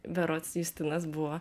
berods justinas buvo